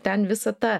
ten visa ta